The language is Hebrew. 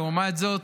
לעומת זאת,